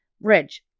Ridge